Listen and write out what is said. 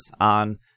on